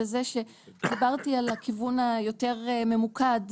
בזה שדיברתי על הכיוון היותר ממוקד,